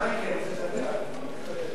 מה אתי?